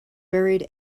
buried